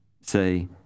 Say